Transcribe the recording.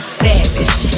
savage